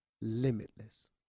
limitless